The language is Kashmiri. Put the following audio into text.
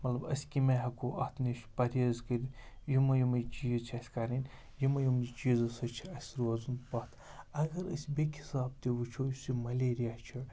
مطلب أسۍ کَمہِ آیہِ ہٮ۪کو اَتھ نِش پرہیز کٔرِتھ یِمَے یِمَے چیٖز چھِ اَسہِ کَرٕنۍ یِمَے یِموُے چیٖزو سۭتۍ چھِ اَسہِ روزُن پَتھ اگر أسۍ بیٚیہِ کہِ حِساب تہِ وٕچھو یُس یہِ ملیریا چھِ